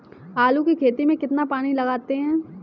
आलू की खेती में कितना पानी लगाते हैं?